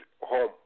home